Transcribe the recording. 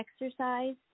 exercise